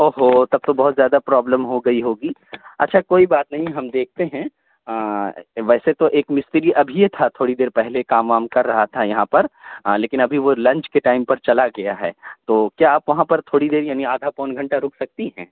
او ہو تب تو بہت زیادہ پرابلم ہو گئی ہوگی اچھا کوئی بات نہیں ہم دیکھتے ہیں ویسے تو ایک مستری ابھی تھا تھوڑی دیر پہلے کام وام کر رہا تھا یہاں پر لیکن ابھی وہ لنچ کے ٹائم پر چلا گیا ہے تو کیا آپ وہاں پر تھوڑی دیر یعنی آدھا پون گھنٹہ رک سکتی ہیں